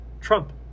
Trump